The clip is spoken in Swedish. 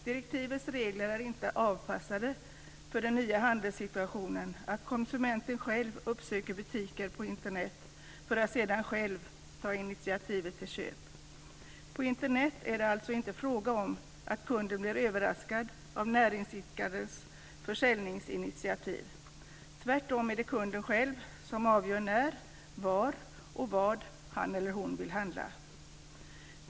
Direktivets regler är inte avpassade för den nya handelssituationen, att konsumenten själv uppsöker butiker på Internet för att sedan själv ta initiativet till köp. På Internet är det alltså inte fråga om att kunden blir överraskad av näringsidkarens försäljningsinitiativ. Tvärtom är det kunden själv som avgör när, var och vad han eller hon vill handla.